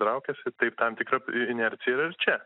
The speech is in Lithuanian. traukiasi tai tam tikra inercija verčia